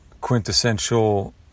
quintessential